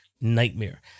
nightmare